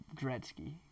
Gretzky